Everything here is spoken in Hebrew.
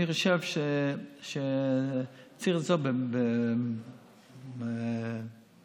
אני חושב שצריך לעשות במשורה,